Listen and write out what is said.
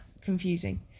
confusing